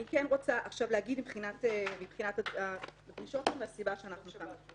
אני כן רוצה עכשיו להגיד מבחינת הדרישות שלנו והסיבה שאנחנו כאן.